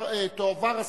קריאה ראשונה,